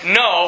no